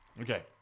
Okay